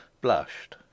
blushed